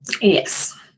Yes